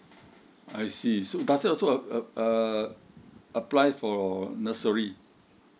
I see so does it also uh uh apply for nursery